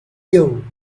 you